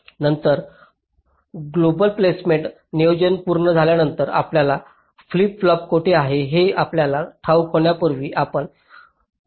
नंतर global placements नियोजन पूर्ण झाल्यानंतर आपल्या फ्लिप फ्लॉप्स कोठे आहेत हे आपल्याला ठाऊक होण्यापूर्वी आपण क्लॉक नेटवर्कचे सिन्थेसिस करू शकत नाही